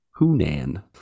Hunan